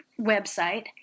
website